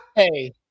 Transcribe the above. Hey